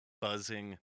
buzzing